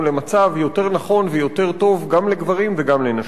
למצב יותר נכון ויותר טוב גם לגברים וגם לנשים.